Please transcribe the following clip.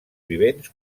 vivents